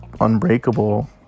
Unbreakable